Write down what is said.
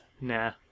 Nah